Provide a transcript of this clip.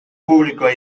publikoa